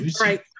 Right